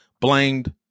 blamed